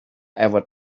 ever